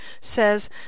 says